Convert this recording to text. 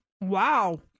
Wow